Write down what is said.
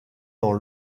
dans